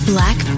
Black